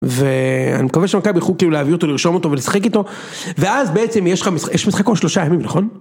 ו...אני מקווה שמכבי יוכלו כאילו להביא אותו, לרשום אותו ולשחק איתו, ואז בעצם יש לך, יש משחק כל שלושה ימים, נכון?